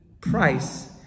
price